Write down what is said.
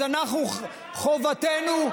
אז אנחנו, חובתנו,